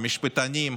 המשפטנים,